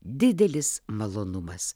didelis malonumas